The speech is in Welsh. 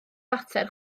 fater